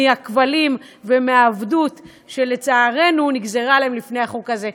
מהכבלים ומהעבדות שלצערנו נגזרו עליהם לפני החוק הזה.